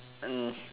mm